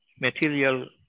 material